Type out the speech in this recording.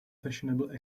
fashionable